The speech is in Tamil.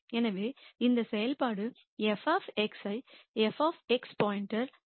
எனவே இந்தச் செயல்பாடு f ஐ f x என எழுதலாம்